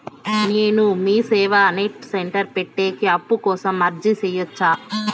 నేను MeeSeva net centre పెట్టేకి అప్పు కోసం అర్జీ సేయొచ్చా?